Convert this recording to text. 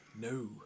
no